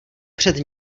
před